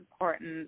important